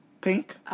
Pink